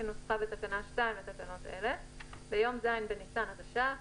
כנוסחה בתקנה 2 לתקנות אלה- ביום ז' בניסן התש"ף